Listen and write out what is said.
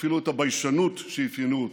ואפילו את הביישנות שאפיינו אותו,